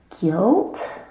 guilt